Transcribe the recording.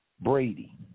Brady